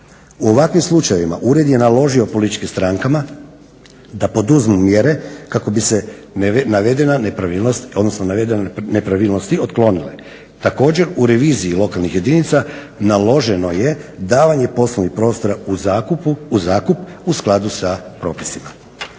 U ovakvim slučajevima ured je naložio političkim strankama da poduzmu mjere kako bi se navedene nepravilnosti otklonile. Također u reviziji lokalnih jedinica naloženo je davanje poslovnih prostora u zakup u skladu sa propisima.